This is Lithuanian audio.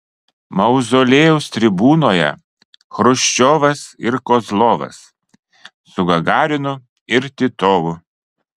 mauzoliejaus tribūnoje chruščiovas ir kozlovas su gagarinu ir titovu